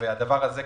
הדבר הזה,